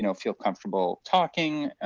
you know feel comfortable talking.